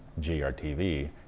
GRTV